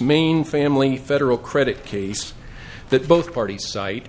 main family federal credit case that both parties site